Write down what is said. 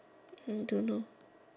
don't know